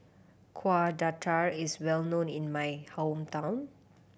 Kueh Dadar is well known in my hometown